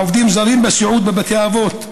לעובדים זרים בסיעוד בבתי אבות.